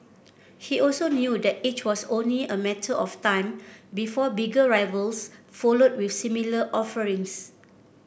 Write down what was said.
he also knew that it was only a matter of time before bigger rivals followed with similar offerings